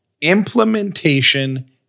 implementation